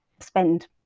Spend